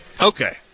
Okay